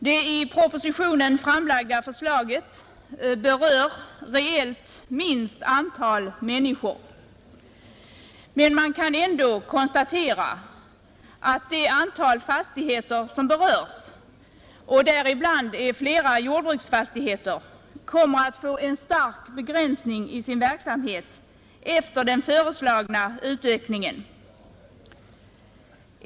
Det i propositionen framlagda förslaget berör reellt minst antal människor. Men man kan ändå konstatera att det antal fastigheter som berörs, däribland flera jordbruksfastigheter, kommer att få en stark begränsning i sin verksamhet efter den föreslagna utvidgningen.